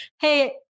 hey